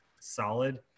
solid